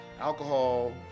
Alcohol